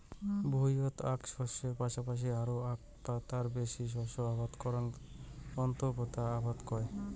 ভুঁইয়ত আক শস্যের পাশাপাশি আরো আক বা তার বেশি শস্য আবাদ করাক আন্তঃপোতা আবাদ কয়